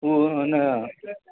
उहो आहे न